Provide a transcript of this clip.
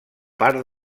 part